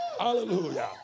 Hallelujah